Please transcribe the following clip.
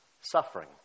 suffering